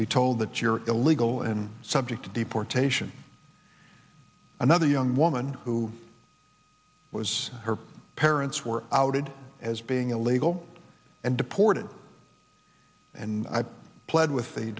be told that you're illegal and subject to deportation another young woman who was her parents were outed as being illegal and deported and i pled with the